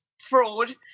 fraud